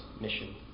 mission